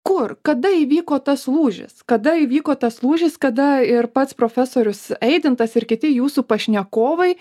kur kada įvyko tas lūžis kada įvyko tas lūžis kada ir pats profesorius eidintas ir kiti jūsų pašnekovai